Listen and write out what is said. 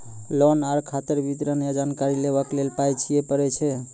Loan आर खाताक विवरण या जानकारी लेबाक लेल पाय दिये पड़ै छै?